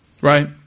right